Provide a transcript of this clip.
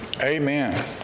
Amen